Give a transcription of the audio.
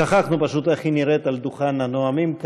שכחנו פשוט איך היא נראית על דוכן הנואמים.